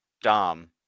dom